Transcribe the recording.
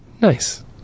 Nice